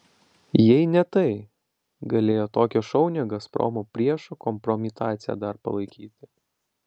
jei ne tai galėjo tokią šaunią gazpromo priešų kompromitaciją dar palaikyti